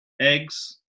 eggs